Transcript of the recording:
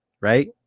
right